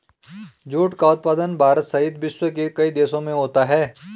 jute का उत्पादन भारत सहित विश्व के कई देशों में होता है